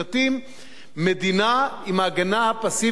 מדינה עם ההגנה הפסיבית הטובה בעולם.